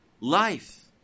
life